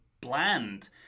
bland